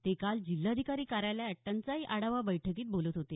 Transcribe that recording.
ते काल जिल्हाधिकारी कार्यालयात टंचाई आढावा बैठकीत बोलत होते